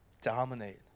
dominate